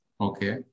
Okay